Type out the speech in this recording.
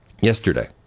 Yesterday